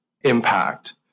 impact